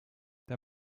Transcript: der